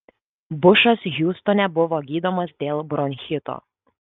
bušas hiūstone buvo gydomas dėl bronchito